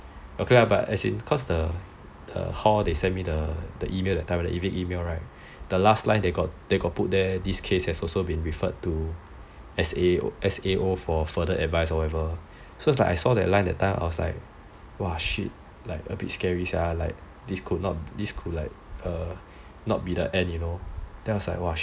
as in the hall they send me the email that time the last line they got put there the last case has also been referred to S_A_O for further advice or whatever so that time I saw that line I was like !wah! shit a bit scary sia this could not be the end you know